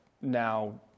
now